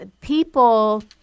People